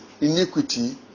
iniquity